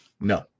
No